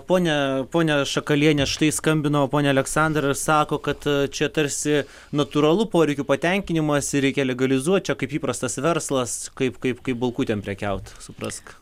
ponia ponia šakaliene štai skambino ponia aleksandra sako kad čia tarsi natūralu poreikių patenkinimas ir reikia legalizuot čia kaip įprastas verslas kaip kaip kaip bulkutėm prekiauti suprask